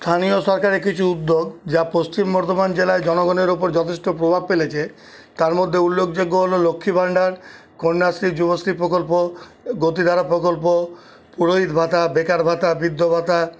স্থানীয় সরকারের কিছু উদ্যোগ যা পশ্চিম বর্ধমান জেলায় জনগণের উপর যথেষ্ট প্রভাব ফেলেছে তার মধ্যে উল্লেখযোগ্য হল লক্ষ্মী ভান্ডার কন্যাশ্রী যুবশ্রী প্রকল্প গতিধারা প্রকল্প পুরোহিত ভাতা বেকার ভাতা বৃদ্ধ ভাতা